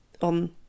on